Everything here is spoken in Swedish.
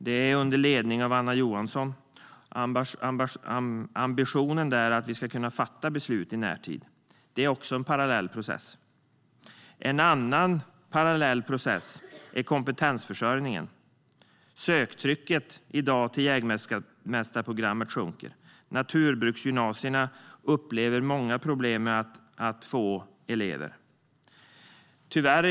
Det är under ledning av Anna Johansson, och ambitionen är att vi ska kunna fatta beslut i närtid. Det är också en parallell process. En annan parallell process är kompetensförsörjningen. Söktrycket till jägmästarprogrammet sjunker, och naturbruksgymnasierna upplever många problem med att få elever.